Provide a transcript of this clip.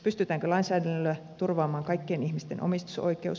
pystytäänkö lainsäädännöllä turvaamaan kaikkien ihmisten omistusoikeus